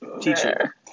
teacher